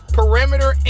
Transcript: perimeter